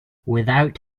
without